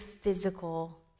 physical